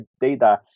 data